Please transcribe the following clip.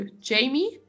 Jamie